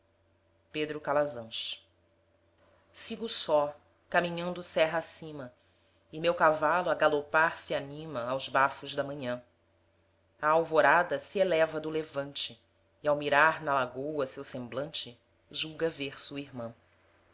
punir te sigo só caminhando serra acima e meu cavalo a galopar se anima aos bafos da manhã a alvorada se eleva do levante e ao mirar na lagoa seu semblante julga ver sua irmã